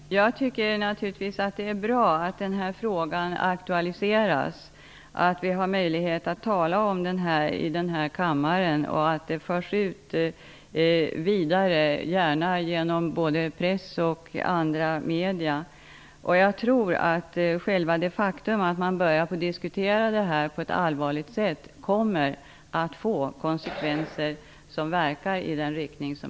Herr talman! Jag tycker naturligtvis att det är bra att frågan aktualiseras, att vi har möjlighet att tala om den här i kammaren och att den förs ut, gärna både genom press och andra medier. Jag tror att själva det faktum att man börjar diskutera detta på ett allvarligt sätt kommer att få konsekvenser som verkar i den riktning som